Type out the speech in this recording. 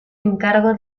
encargo